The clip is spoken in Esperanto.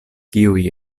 kiuj